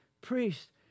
priests